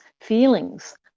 feelings